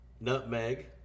nutmeg